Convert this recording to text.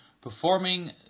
performing